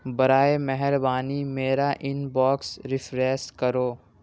براے مہربانی میرا inbox refresh کرو